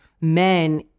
men